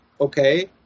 okay